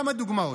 כמה דוגמאות: